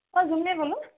অ' জুমলিয়ে ক'লোঁ